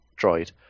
droid